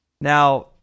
Now